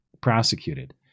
prosecuted